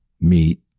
meet